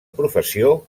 professió